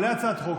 מעלה הצעת חוק,